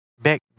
back